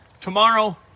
Tomorrow